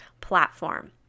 platform